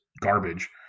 garbage